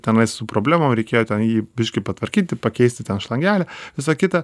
tenais su problemo reikėjo ten jį biškį patvarkyti pakeisti ten šlangelę visa kita